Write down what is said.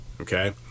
okay